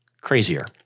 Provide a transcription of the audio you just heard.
crazier